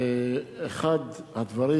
אחד הדברים